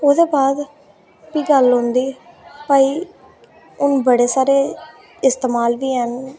ओह्दे बाद भी गल्ल औंदी कि भई हून बड़े सारे इस्तेमाल बी हैन